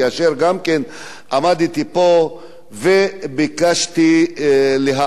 כאשר גם כן עמדתי פה וביקשתי להעלות